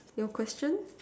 your question